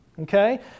Okay